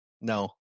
no